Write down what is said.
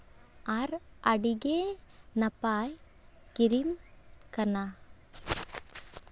ᱟᱨ ᱟᱹᱰᱤ ᱜᱮ ᱱᱟᱯᱟᱭ ᱠᱨᱤᱢ ᱠᱟᱱᱟ